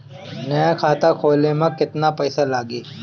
नया खाता खोले मे केतना पईसा लागि?